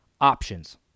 options